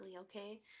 okay